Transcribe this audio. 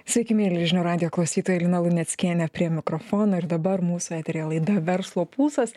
sveiki mieli žinių radijo klausytojai lina luneckienė prie mikrofono ir dabar mūsų eteryje laida verslo pulsas